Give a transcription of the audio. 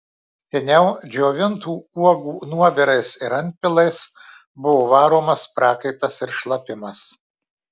seniau džiovintų uogų nuovirais ir antpilais buvo varomas prakaitas ir šlapimas